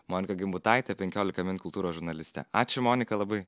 monika gimbutaitė penkiolika min kultūros žurnalistė ačiū monika labai